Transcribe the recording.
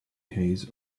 case